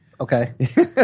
Okay